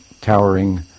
Towering